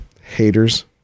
Haters